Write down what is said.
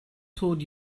told